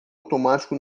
automático